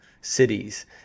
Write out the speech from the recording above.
cities